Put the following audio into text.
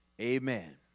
Amen